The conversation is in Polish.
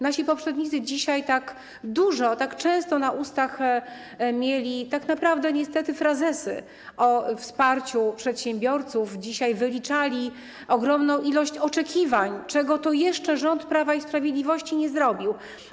Nasi poprzednicy dzisiaj tak dużo, tak często na ustach mieli tak naprawdę niestety frazesy o wsparciu przedsiębiorców, dzisiaj wyliczali ogromną ilość oczekiwań, czego to jeszcze rząd Prawa i Sprawiedliwości nie zrobił.